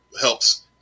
helps